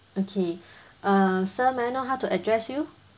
okay um sir may I know how to address you